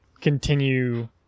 continue